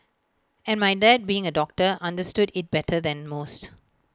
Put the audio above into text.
and my dad being A doctor understood IT better than most